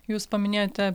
jūs paminėjote